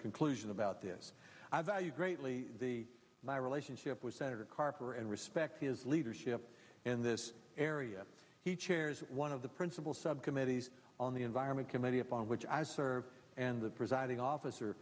conclusion about this i value greatly the my relationship with senator carper and respect his leadership in this area he chairs one of the principal subcommittees on the environment committee upon which i serve and the presiding officer